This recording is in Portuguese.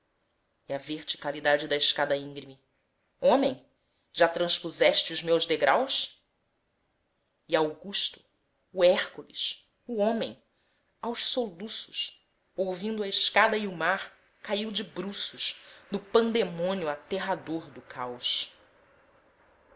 e a verticalidade da escada íngreme homem já transpuseste os meus degraus e augusto o hércules o homem aos soluços ouvindo a escada e o mar caiu de bruços no pandemônio aterrador do caos